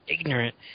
ignorant